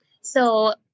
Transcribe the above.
So-